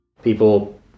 People